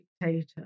dictator